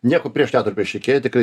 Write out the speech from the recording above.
nieko prieš neturiu prieš ikėją tikrai